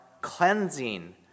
cleansing